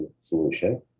solution